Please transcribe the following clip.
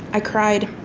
i cried.